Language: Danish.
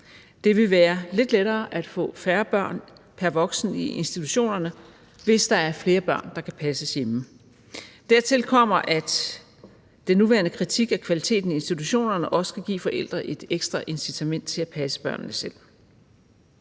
Det vil være lidt lettere at få færre børn pr. voksen i institutionerne, hvis der er flere børn, der kan passes hjemme. Dertil kommer, at den nuværende kritik af kvaliteten i institutionerne også kan give forældre et ekstra incitament til at passe børnene selv.